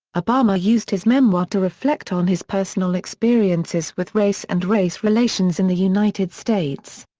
obama used his memoir to reflect on his personal experiences with race and race relations in the united states.